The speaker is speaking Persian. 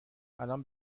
الان